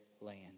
land